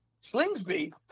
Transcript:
Slingsby